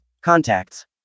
Contacts